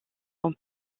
son